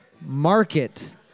market